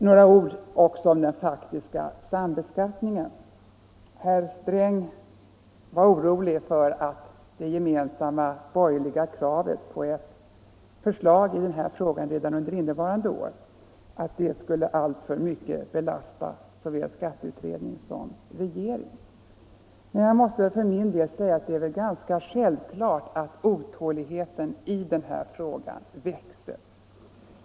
Några ord också om den faktiska sambeskattningen. Herr Sträng var orolig för att det gemensamma borgerliga kravet på ett förslag i denna fråga redan under innevarande år alltför mycket skulle belasta såväl skatteutredningen som regeringen. Jag måste för min del säga att jag finner det självklart att otåligheten i den här frågan växer.